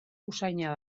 usaina